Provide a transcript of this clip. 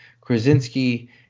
Krasinski